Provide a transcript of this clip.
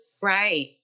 Right